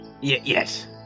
Yes